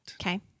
Okay